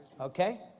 Okay